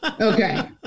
okay